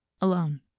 alone